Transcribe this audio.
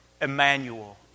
Emmanuel